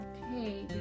okay